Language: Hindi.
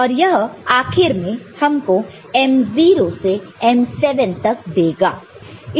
और यह आखिर में हमको m0 से m7 तक देगा